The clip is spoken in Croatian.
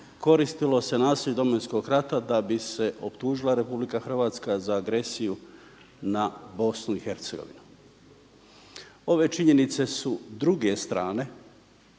koristilo se nasljeđe Domovinskog rata da bi se optužila RH za agresiju na BiH. Ove činjenice su druge strane